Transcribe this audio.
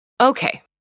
Okay